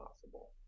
possible